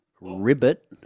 Ribbit